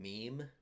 meme